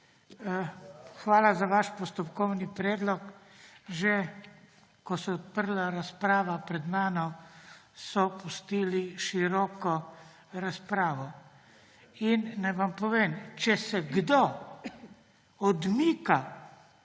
Hvala za vaš postopkovni predlog. Že ko se je odprla razprava pred mano, so pustili široko razpravo. Naj vam povem, da če se kdo odmika